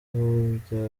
rubyaza